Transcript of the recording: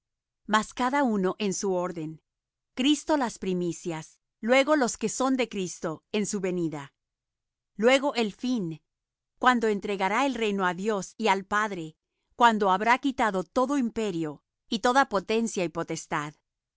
mas cada uno en su orden cristo las primicias luego los que son de cristo en su venida luego el fin cuando entregará el reino á dios y al padre cuando habrá quitado todo imperio y toda potencia y potestad